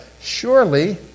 Surely